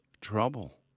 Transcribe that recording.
trouble